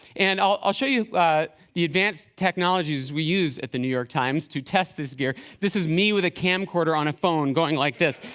and i'll i'll show you the advanced technologies we use at the new york times to test this gear. this is me with a camcorder on a phone going like this.